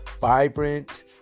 vibrant